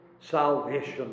salvation